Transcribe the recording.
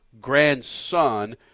grandson